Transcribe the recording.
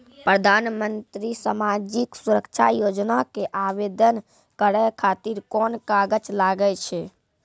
प्रधानमंत्री समाजिक सुरक्षा योजना के आवेदन करै खातिर कोन कागज लागै छै?